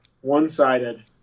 one-sided